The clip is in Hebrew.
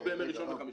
לא בימי ראשון וחמישי.